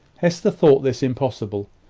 hester thought this impossible.